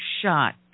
shot